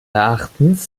erachtens